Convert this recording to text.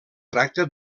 tracta